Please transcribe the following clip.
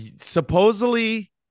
Supposedly